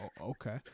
okay